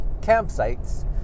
campsites